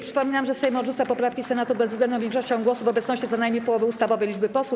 Przypominam, że Sejm odrzuca poprawki Senatu bezwzględną większością głosów w obecności co najmniej połowy ustawowej liczby posłów.